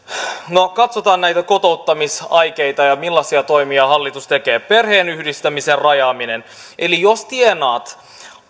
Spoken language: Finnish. no katsotaan näitä kotouttamisaikeita ja sitä millaisia toimia hallitus tekee perheenyhdistämisen rajaaminen eli jos tienaat